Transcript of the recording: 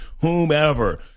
whomever